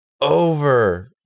over